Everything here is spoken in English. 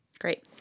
Great